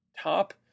Top